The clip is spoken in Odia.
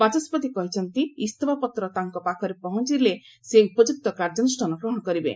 ବାଚସ୍କତି କହିଛନ୍ତି ଇସଫାପତ୍ର ତାଙ୍କ ପାଖରେ ପହଞ୍ଚିଲେ ସେ ଉପଯୁକ୍ତ କାର୍ଯ୍ୟାନୁଷ୍ଠାନ ଗ୍ରହଣ କରିବେ